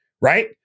right